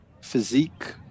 physique –